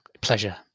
Pleasure